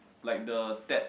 like the tap